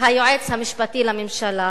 היועץ המשפטי לממשלה